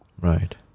Right